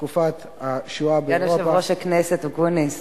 תקופת השואה באירופה, סגן יושב-ראש הכנסת אקוניס.